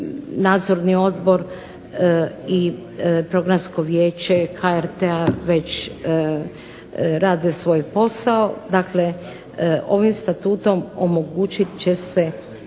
nadzori odbor i Programsko Vijeće HRT-a već rade svoj posao. Dakle, ovim Statutom omogućiti će se